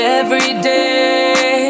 everyday